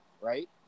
Right